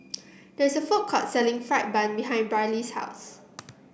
there is a food court selling fried bun behind Brylee's house